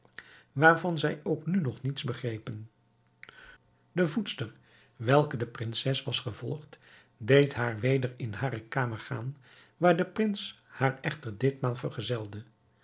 waarvan zij ook nu nog niets begrepen de voedster welke de prinses was gevolgd deed haar weder in hare kamer gaan waar de prins haar echter ditmaal vergezelde